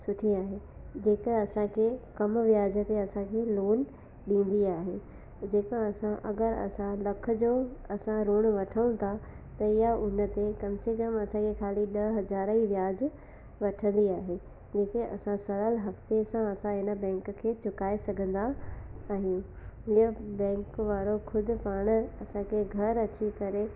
सुठी आहे जेका असांखे कम व्याज ते असांखे लोन ॾींदी आहे जेका असां अगरि असां लख जो असां लोन वठूं था इहा उन ते कम से कम असांखे ख़ाली डह हजार ई व्याज वठंदी आहे जेका असां सरल हफ़्ते सां असां हिन बैंक खे चुकाए सघंदा आहियूं इहा बैंक वारो ख़ुदि पाण असांखे घरु अची करे